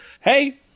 hey